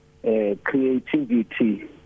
Creativity